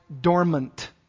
dormant